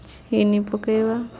ଚିନି ପକେଇବା